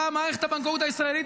באה מערכת הבנקאות הישראלית,